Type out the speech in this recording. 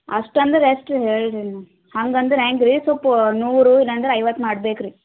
ಅಷ್ಟು ಅಂದ್ರೆ ಎಷ್ಟು ರೀ ಹೇಳ್ರಿ ನೀವು ಹಂಗೆ ಅಂದ್ರೆ ಹೆಂಗ್ ರೀ ಸ್ವಲ್ಪ್ ನೂರು ಇಲ್ಲಂದ್ರೆ ಐವತ್ತು ಮಾಡ್ಬೇಕು ರೀ